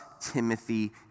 Timothy